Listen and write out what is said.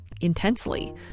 intensely